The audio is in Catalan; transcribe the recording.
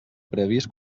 preavís